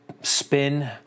spin